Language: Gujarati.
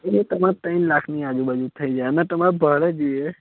એ તમારે ત્રણ લાખની આજુબાજુ થઈ જાય અને તમારે ભાડે જોઈએ